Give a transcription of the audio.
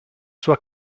sua